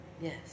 Yes